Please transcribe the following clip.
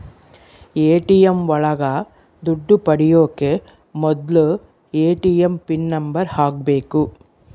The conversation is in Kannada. ಎ.ಟಿ.ಎಂ ಒಳಗ ದುಡ್ಡು ಪಡಿಯೋಕೆ ಮೊದ್ಲು ಎ.ಟಿ.ಎಂ ಪಿನ್ ನಂಬರ್ ಹಾಕ್ಬೇಕು